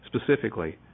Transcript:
Specifically